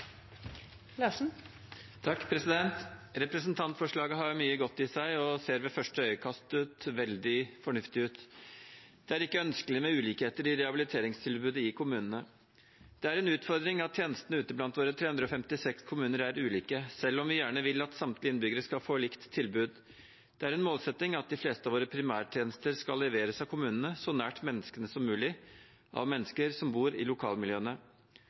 ikke ønskelig med ulikheter i rehabiliteringstilbudet i kommunene. Det er en utfordring at tjenestene ute blant våre 356 kommuner er ulike, selv om vi gjerne vil at samtlige innbyggere skal få likt tilbud. Det er en målsetting at de fleste av våre primærtjenester skal leveres av kommunene, så nært menneskene som mulig og av mennesker som bor i